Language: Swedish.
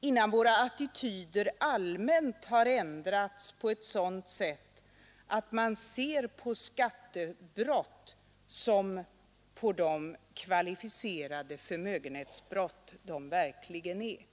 innan våra attityder allmänt ändras på sådant sätt att vi ser på skattebrott som de kvalificerade förmögenhetsbrott de verkligen är.